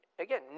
again